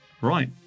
Right